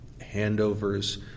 handovers